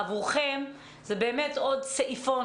עבורכם זה עוד סעיפון.